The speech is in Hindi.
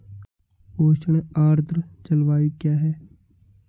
उष्ण आर्द्र जलवायु क्या है?